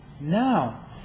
Now